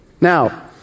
Now